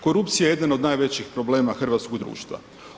Korupcija je jedan od najvećih problema hrvatskog društva.